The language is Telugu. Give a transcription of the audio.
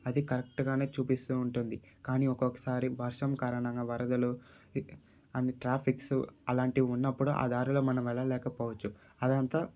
అది కరెక్ట్గా చూపిస్తు ఉంటుంది కానీ ఒక్కసారి వర్షం కారణంగా వరదలు అండ్ ట్రాఫిక్స్ అలాంటివి ఉన్నప్పుడు ఆ దారిలో మనం వెళ్ళలేకపోవచ్చు అదంతా